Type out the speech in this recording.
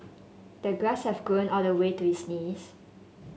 the grass had grown all the way to his knees